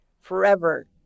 forever